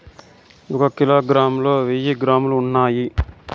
ఒక కిలోగ్రామ్ లో వెయ్యి గ్రాములు ఉన్నాయి